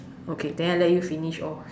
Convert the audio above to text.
okay then I let you finish all